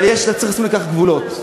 אבל צריך לשים לכך גבולות.